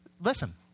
listen